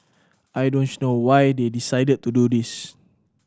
I don't know why they decided to do this